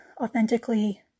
authentically